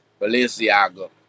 Balenciaga